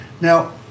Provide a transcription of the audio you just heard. Now